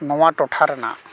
ᱱᱚᱣᱟ ᱴᱚᱴᱷᱟ ᱨᱮᱱᱟᱜ